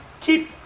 keep